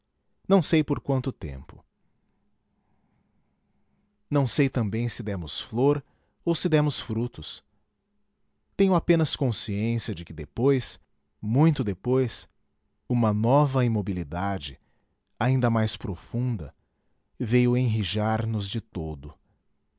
não sei por quanto tempo não sei também se demos flor ou se demos frutos tenho apenas consciência de que depois muito depois uma nova imobilidade ainda mais profunda veio enrijar nos de todo